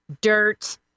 dirt